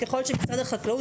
ככל שמשרד החקלאות,